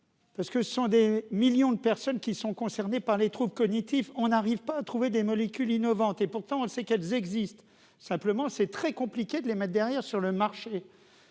Parce que ce sont des millions de personnes qui sont concernées par les troupes cognitifs, on n'arrive pas à trouver des molécules innovantes et pourtant, on sait qu'elles existent, simplement c'est très compliqué d'les maths derrière sur le marché,